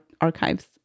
archives